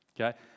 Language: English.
Okay